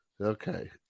okay